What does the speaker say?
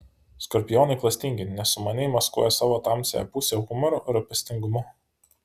skorpionai klastingi nes sumaniai maskuoja savo tamsiąją pusę humoru rūpestingumu